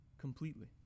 completely